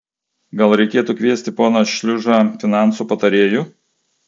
gal reikėtų kviesti poną šliužą finansų patarėju